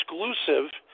exclusive